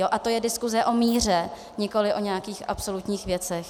A to je diskuse o míře, nikoli o nějakých absolutních věcech.